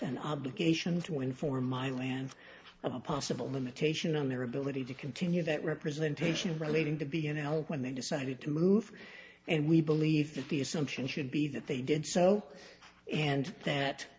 an obligation to inform milan of a possible limitation on their ability to continue that representation relating to be you know when they decided to move and we believe that the assumption should be that they did so and that